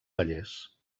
fallers